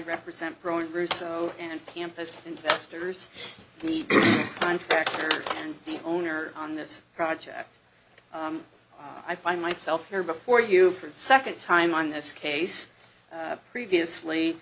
represent growing russo and campus investors need in fact and the owner on this project i find myself here before you for the second time on this case previously